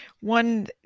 one